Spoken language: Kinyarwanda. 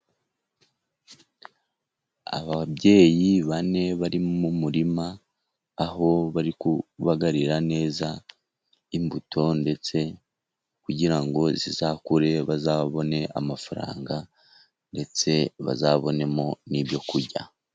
Ababyeyi bane bari mu murima aho bari kubagarira neza imbuto ndetse kugira ngo zizakure bazabone amafaranga ndetse bazabonemo n'ibyo kurya.